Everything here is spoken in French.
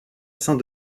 saint